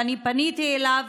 ואני פניתי אליו,